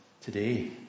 today